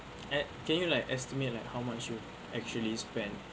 at can you like estimate like how much you actually spend